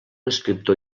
escriptor